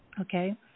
Okay